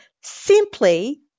simply